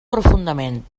profundament